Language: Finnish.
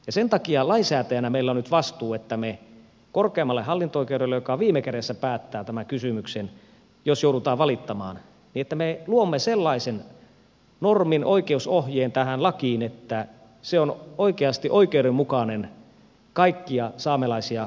sen takia lainsäätäjinä meillä on nyt vastuu korkeimmalle hallinto oikeudelle joka viime kädessä päättää tämän kysymyksen jos joudutaan valittamaan että me luomme sellaisen normin oikeusohjeen tähän lakiin että se on oikeasti oikeudenmukainen kaikkia saamelaisia kohtaan